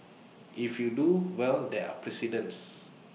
if you do well there are precedents